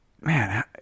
man